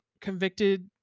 convicted